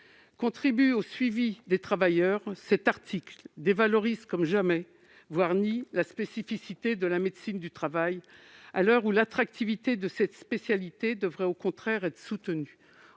contribuent au suivi des travailleurs, cet article dévalorise comme jamais, voire nie la spécificité de la médecine du travail, à l'heure où l'attractivité de cette spécialité devrait au contraire être soutenue.